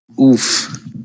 Oof